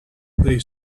they